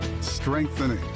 strengthening